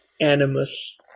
animus